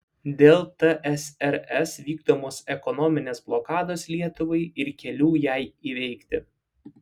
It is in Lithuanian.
dėl tsrs vykdomos ekonominės blokados lietuvai ir kelių jai įveikti